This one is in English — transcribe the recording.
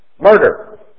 Murder